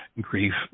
grief